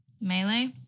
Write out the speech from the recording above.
Melee